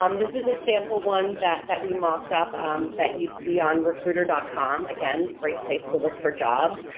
um this is a sample one that that we mocked up um that you'd see on recruiter com, again great place to look for jobs,